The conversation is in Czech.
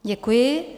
Děkuji.